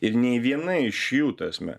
ir nei viena iš jų ta prasme